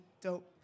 dope